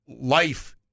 life